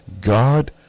God